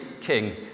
king